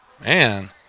Man